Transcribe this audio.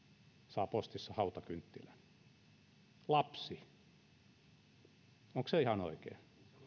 saa postissa hautakynttilän lapsi onko se ihan oikein